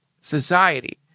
society